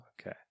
Okay